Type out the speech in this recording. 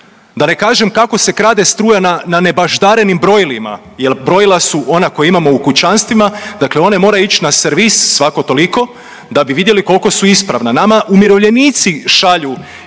Da ne kažem kako se krade struja na nebaždarenim brojilima jer brojila su, ona koja imamo u kućanstvima, dakle one moraju ići na servis svako toliko da bi vidjeli koliko su ispravna. Nama umirovljenici šalju